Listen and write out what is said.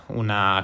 una